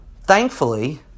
thankfully